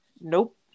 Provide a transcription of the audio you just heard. Nope